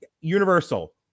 Universal